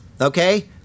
okay